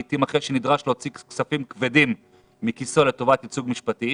לעיתים אחרי שנדרש להוציא כספים כבדים מכיסו לטובת ייצוג משפטי,